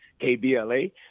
KBLA